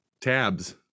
tabs